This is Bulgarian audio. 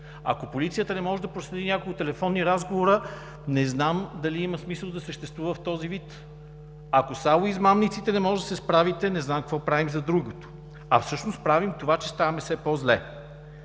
Ако полицията не може да проследи някои телефонни разговори, не знам дали има смисъл да съществува в този вид? Ако с „ало измамниците“ не може да се справите, не знам какво правим за другото?! А всъщност правим това, че ставаме все по-зле.